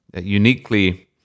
uniquely